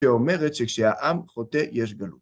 שאומרת שכשהעם חוטא יש גלות.